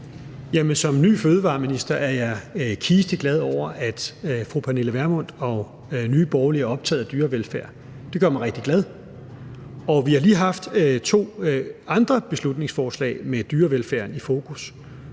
som ny fødevareminister er jeg kisteglad over, at fru Pernille Vermund og Nye Borgerlige er optaget af dyrevelfærd. Det gør mig rigtig glad. Vi har lige haft to andre beslutningsforslag med dyrevelfærden i fokus,